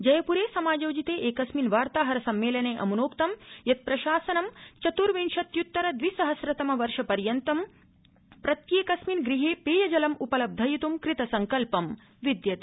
जयपुरे समायोजिते एकस्मिन् वार्ताहर सम्मेलने अमुनोक्त यत् प्रशासनं चतुर्विंशत्युत्तर द्वि सहस्रतम वर्षपर्यन्तं प्रत्येकस्मिन् गृहे पेयजलम् उपलब्धियत् कृतसंकल्पं विद्यते